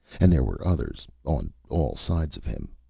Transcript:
and there were others on all sides of him.